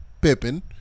Pippin